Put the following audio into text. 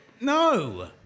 No